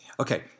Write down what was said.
Okay